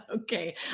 Okay